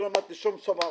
לא למדתי שם שום דבר.